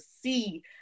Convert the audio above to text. see